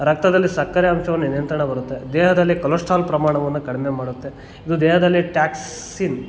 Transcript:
ರಕ್ತದಲ್ಲಿ ಸಕ್ಕರೆ ಅಂಶ ನಿಯಂತ್ರಣ ಬರುತ್ತೆ ದೇಹದಲ್ಲಿ ಕೊಲೆಸ್ಟ್ರಾಲ್ ಪ್ರಮಾಣವನ್ನು ಕಡಿಮೆ ಮಾಡುತ್ತೆ ಇದು ದೇಹದಲ್ಲಿ ಟ್ಯಾಕ್ಸಿನ್